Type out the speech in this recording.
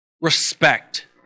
respect